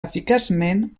eficaçment